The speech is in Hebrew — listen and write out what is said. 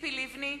ציפי לבני,